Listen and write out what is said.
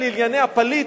פקולטה לענייני הפליט,